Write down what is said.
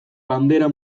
bandera